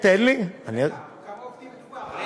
בכמה עובדים מדובר?